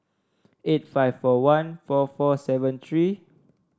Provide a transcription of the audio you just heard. eight five four one four four seven three